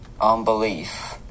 unbelief